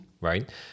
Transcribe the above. right